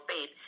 faith